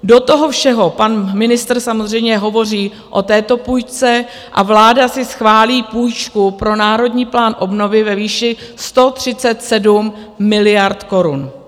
Do toho všeho pan ministr samozřejmě hovoří o této půjčce a vláda si schválí půjčku pro Národní plán obnovy ve výši 137 miliard korun.